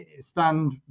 stand